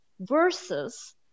versus